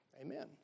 Amen